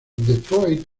detroit